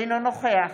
אינו נוכח